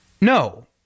no